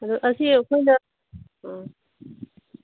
ꯑꯗꯨ ꯑꯁꯤ ꯑꯩꯈꯣꯏꯅ ꯑꯥ